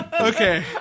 Okay